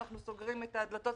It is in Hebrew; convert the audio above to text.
אנחנו סוגרים את הדלתות.